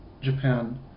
Japan